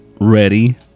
ready